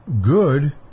good